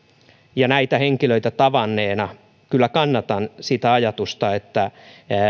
ja näitä henkilöitä tavanneena kyllä kannatan sitä ajatusta että